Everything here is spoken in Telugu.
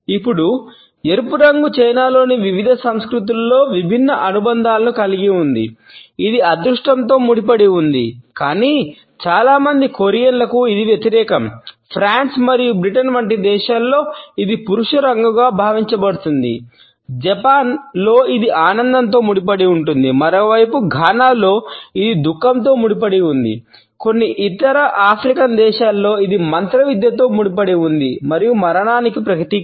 ఇప్పుడు ఎరుపు రంగు చైనాలోని దేశాలలో ఇది మంత్రవిద్యతో ముడిపడి ఉంది మరియు మరణానికి ప్రతీక